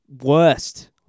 worst